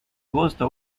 gusto